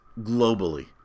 globally